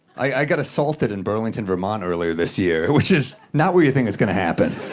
i got assaulted in burlington, vermont earlier this year, which is not where you think it's gonna happen.